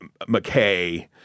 McKay